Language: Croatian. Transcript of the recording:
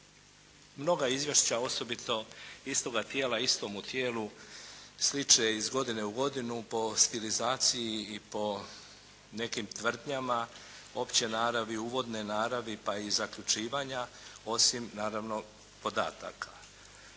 mnoga izvješća, osobito istoga tijela istomu tijelu, sliče iz godine u godinu po stilizaciji i po nekim tvrdnjama opće naravi, uvodne naravi pa i zaključivanja, osim naravno podataka.